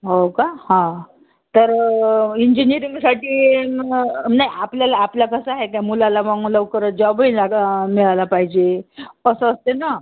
हो का हां तर इंजिनिअरिंगसाठी न नाही आपल्याला आपल्या कसं आहे त्या मुलाला बुवा मग लवकर जॉबही लागं मिळायला पाहिजे असं असते ना